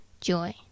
joy